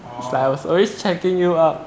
is like I was always checking you up